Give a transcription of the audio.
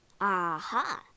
Aha